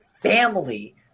family